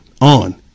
on